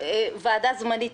ועדה זמנית,